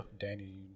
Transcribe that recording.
Danny